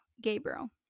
Gabriel